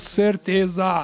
certeza